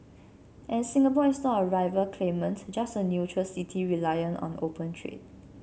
and Singapore is not a rival claimant just a neutral city reliant on open trade